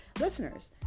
listeners